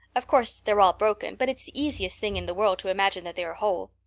of course, they're all broken but it's the easiest thing in the world to imagine that they are whole.